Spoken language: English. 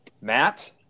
Matt